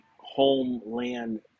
homeland –